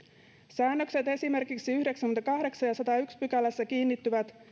säännökset esimerkiksi yhdeksännessäkymmenennessäkahdeksannessa viiva sadannessaensimmäisessä pykälässä kiinnittyvät